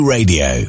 Radio